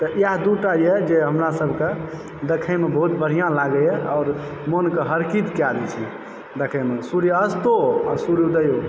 तऽ इएह दूटाए जे हमरासभके देखयमे बहुत बढ़िआँ लागैए आओर मोनके हर्षित कए दै छै देखयमे सूर्य अस्तो आ सूर्य उदयो